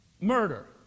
murder